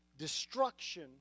Destruction